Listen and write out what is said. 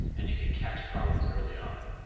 and you can catch problems early on.